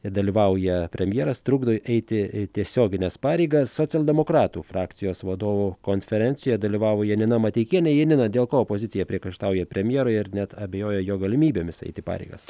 ir dalyvauja premjeras trukdo eiti tiesiogines pareigas socialdemokratų frakcijos vadovų konferencijoje dalyvavo janina mateikienė janina dėl ko opozicija priekaištauja premjerui ar net abejoja jo galimybėmis eiti pareigas